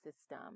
system